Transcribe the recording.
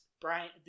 Brian